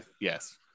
yes